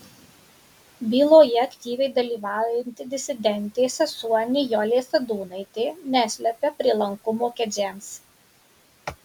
byloje aktyviai dalyvaujanti disidentė sesuo nijolė sadūnaitė neslepia prielankumo kedžiams